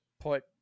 put